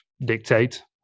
dictate